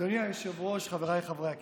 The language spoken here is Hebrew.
אדוני היושב-ראש, חבריי חברי הכנסת,